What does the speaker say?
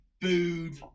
booed